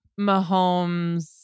mahomes